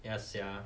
ya sia